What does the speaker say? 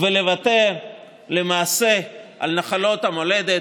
ולוותר למעשה על נחלות המולדת,